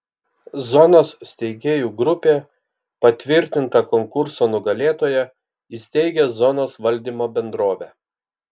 zonos steigėjų grupė patvirtinta konkurso nugalėtoja įsteigia zonos valdymo bendrovę